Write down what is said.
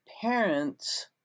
parents